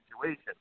situation